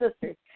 sisters